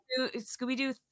scooby-doo